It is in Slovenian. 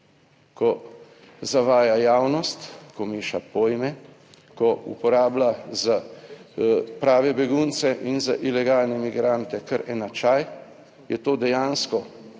Ko zavaja javnost, ko meša pojme, ko uporablja za prave begunce in za ilegalne migrante kar enačaj je to dejansko